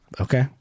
Okay